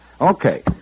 Okay